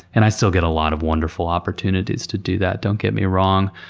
and i still get a lot of wonderful opportunities to do that, don't get me wrong.